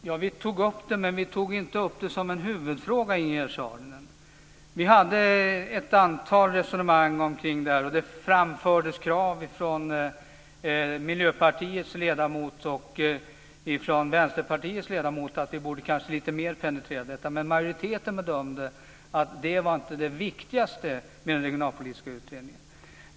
Herr talman! Vi tog upp det, men vi tog inte upp det som en huvudfråga, Ingegerd Saarinen. Vi hade ett antal resonemang omkring det här, och det framfördes krav från Miljöpartiets ledamot och från Vänsterpartiets ledamot när det gäller att vi borde penetrera det här lite mer. Men majoriteten bedömde att det inte var det viktigaste med den regionalpolitiska utredningen.